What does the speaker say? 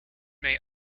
may